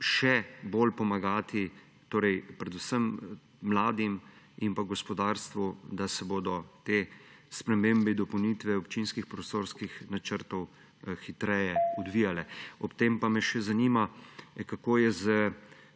še bolj pomagati predvsem mladim in gospodarstvu, da se bodo te spremembe in dopolnitve občinskih prostorskih načrtov hitreje odvijale? Ob tem pa me še zanima: Kako je s